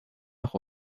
nach